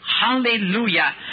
Hallelujah